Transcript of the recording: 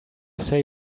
say